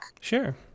sure